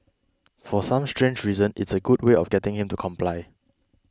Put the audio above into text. for some strange reason it's a good way of getting him to comply